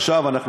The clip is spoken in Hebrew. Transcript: עכשיו,